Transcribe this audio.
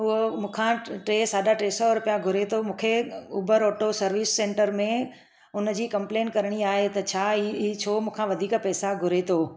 हूअ मूंखां टे साढा टे सौ रूपिया घुरे थो मूंखे उबर ऑटो सर्विस सैंटर में हुन जी कंपलेंट करिणी आहे त छा ई ई छो मूंखां वधीक पेसा घुरे थो